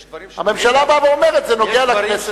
יש דברים, הממשלה באה ואומרת: זה נוגע לכנסת.